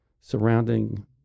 surrounding